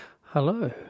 Hello